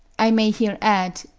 i may here add,